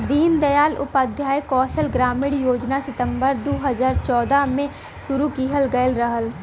दीन दयाल उपाध्याय कौशल ग्रामीण योजना सितम्बर दू हजार चौदह में शुरू किहल गयल रहल